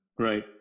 Right